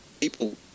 people